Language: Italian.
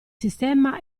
sistema